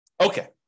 Okay